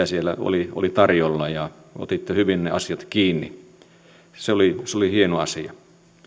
siellä oli oli tarjolla ja otitte hyvin ne asiat kiinni se oli se oli hieno asia